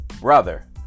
brother